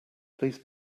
please